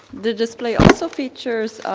the display also features